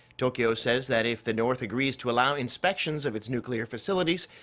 tokyo says that if the north agrees to allow inspections of its nuclear facilities.